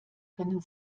können